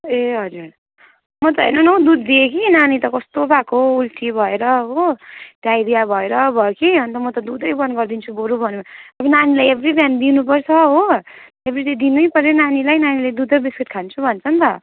ए हजुर म त हेर्नु न हौ दुध दिएँ कि नानी त कस्तो भएको उल्टी भएर हो डाइरिया भएर भयो कि अन्त म त दुधै बन्द गरिदिन्छु बरू भनेको अब नानीलाई एभ्री बिहान दिनुपर्छ हो एभ्रीडे दिनैपऱ्यो नानीलाई नानीले दुध र बिस्कुट खान्छु भन्छ नि त